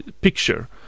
picture